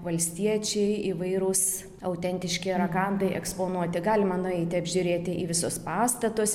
valstiečiai įvairūs autentiški rakandai eksponuoti galima nueiti apžiūrėti į visus pastatus